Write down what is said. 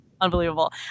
Unbelievable